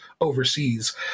overseas